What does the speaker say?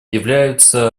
являются